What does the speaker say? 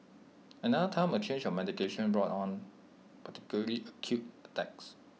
another time A change of medication brought on particularly acute attacks